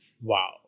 Wow